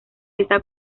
está